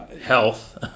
health